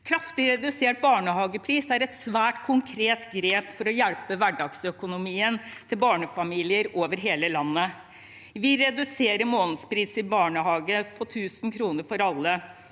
Kraftig redusert barnehagepris er et svært konkret grep for å hjelpe hverdagsøkonomien til barnefamilier over hele landet. Vi reduserer månedsprisen i barnehagene med 1 000 kr for alle,